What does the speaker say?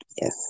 yes